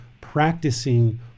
practicing